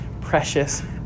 precious